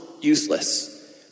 useless